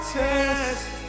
test